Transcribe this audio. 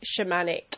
shamanic